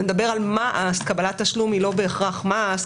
אתה מדבר על מעש, קבלת תשלום היא לא בהכרח מעש.